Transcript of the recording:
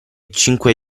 cinque